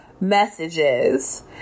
messages